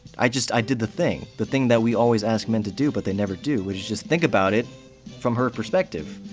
i just did the thing, the thing that we always ask men to do but they never do, which is just think about it from her perspective.